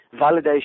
validation